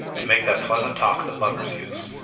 to make that pleasant talk that lovers use.